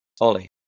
Ollie